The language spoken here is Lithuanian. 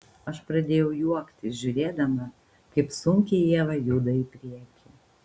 aš pradėjau juoktis žiūrėdama kaip sunkiai ieva juda į priekį